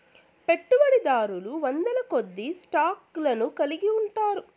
పెట్టుబడిదారులు వందలకొద్దీ స్టాక్ లను కలిగి ఉంటారు